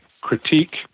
critique